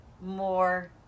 more